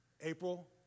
April